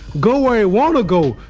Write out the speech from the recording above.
go where he wants to go,